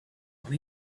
when